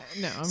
no